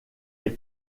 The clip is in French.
est